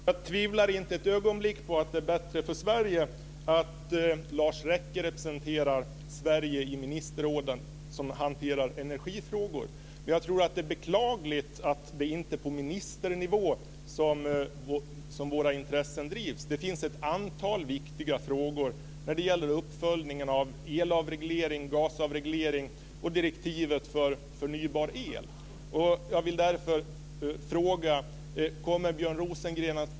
Fru talman! Jag tvivlar inte ett ögonblick på att det är bättre för Sverige att Lars Rekke representerar Sverige i det ministerråd som hanterar energifrågor. Men jag tror att det är beklagligt att det inte är på ministernivå som våra intressen drivs. Det finns ett antal viktiga frågor när det gäller uppföljningen av elavreglering, gasavreglering och direktivet för förnybar el.